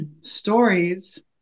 stories